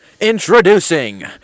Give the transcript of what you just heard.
introducing